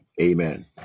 Amen